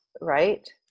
right